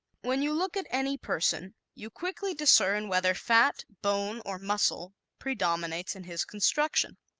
when you look at any person you quickly discern whether fat, bone or muscle predominates in his construction.